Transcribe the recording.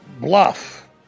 bluff